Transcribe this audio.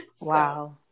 Wow